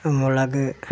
മുളക്